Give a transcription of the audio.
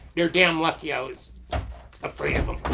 they're damn lucky i was afraid of